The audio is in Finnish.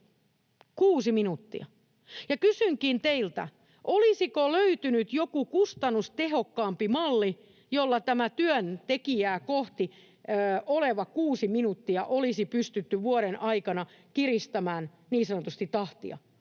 kuusi minuuttia. Kysynkin teiltä: olisiko löytynyt joku kustannustehokkaampi malli liittyen tähän työntekijää kohden olevaan kuuteen minuuttiin, että olisi pystytty vuoden aikana niin sanotusti